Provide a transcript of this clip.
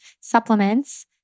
supplements